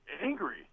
angry